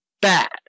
bad